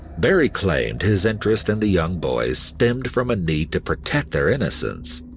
barrie claimed his interest in the young boys stemmed from a need to protect their innocence.